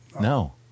No